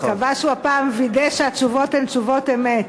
אני מקווה שהפעם הוא וידא שהתשובות הן תשובות אמת.